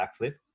backflip